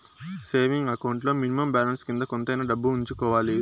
saving account లో minimum balance కింద కొంతైనా డబ్బు ఉంచుకోవాలి